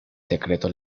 secreto